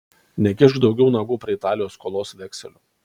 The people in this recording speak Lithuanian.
nekišk daugiau nagų prie italijos skolos vekselių